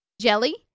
Jelly